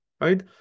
right